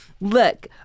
Look